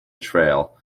trail